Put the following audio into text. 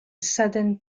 southern